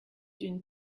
une